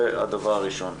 זה הדבר הראשון.